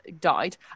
died